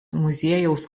muziejaus